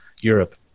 Europe